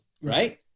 Right